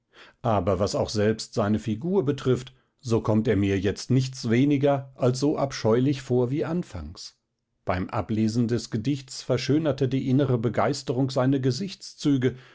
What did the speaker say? aber was auch selbst seine figur betrifft so kommt er mir jetzt nichts weniger als so abscheulich vor wie anfangs beim ablesen des gedichts verschönerte die innere begeisterung seine gesichtszüge